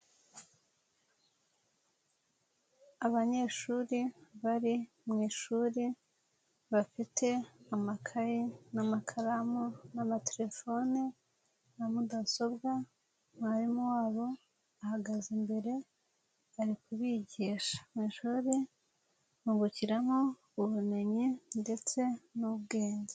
Abanyeshuri bari mu ishuri bafite amakaye n'amakaramu n'amatelefone na mudasobwa, mwarimu wabo ahagaze imbere ari kubigisha, amashuri bungukiramo ubumenyi ndetse n'ubwenge.